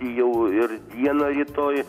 jau ir dieną rytoj